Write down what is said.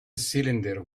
cylinder